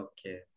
Okay